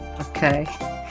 Okay